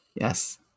Yes